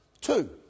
Two